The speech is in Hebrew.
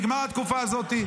נגמרה התקופה הזאת.